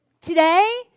today